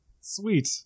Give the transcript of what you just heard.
Sweet